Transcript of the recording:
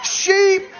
sheep